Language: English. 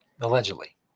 Allegedly